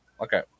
Okay